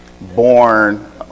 born